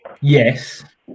yes